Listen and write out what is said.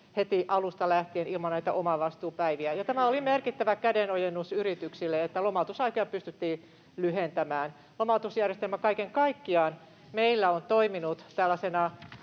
heti alusta lähtien ilman näitä omavastuupäiviä. Tämä oli merkittävä kädenojennus yrityksille, että lomautusaikoja pystyttiin lyhentämään. Lomautusjärjestelmä kaiken kaikkiaan on meillä toiminut tällaisena